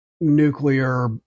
nuclear